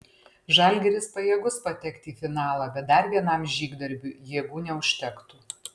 žalgiris pajėgus patekti į finalą bet dar vienam žygdarbiui jėgų neužtektų